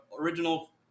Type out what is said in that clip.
original